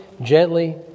gently